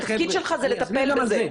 התפקיד שלך זה לטפל בזה.